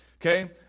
Okay